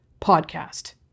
PODCAST